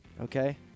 Okay